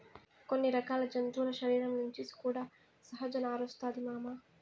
కొన్ని రకాల జంతువుల శరీరం నుంచి కూడా సహజ నారొస్తాది మామ